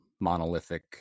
monolithic